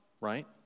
Right